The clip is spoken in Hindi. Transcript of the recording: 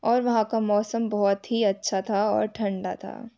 और वहाँ का मौसम बहुत ही अच्छा था और ठण्डा था